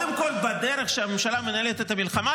בדרך שהממשלה מנהלת את המלחמה,